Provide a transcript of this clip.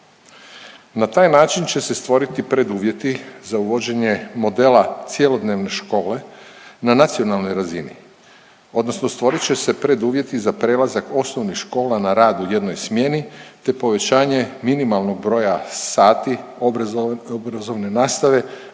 Na taj način će se stvoriti preduvjeti za uvođenje modela cjelodnevne škole na nacionalnoj razini odnosno stvorit će se preduvjeti za prelazak osnovnih škola na rad u jednoj smjeni, te povećanje minimalnog broja sati obrazovne nastave